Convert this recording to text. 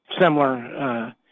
similar